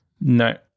No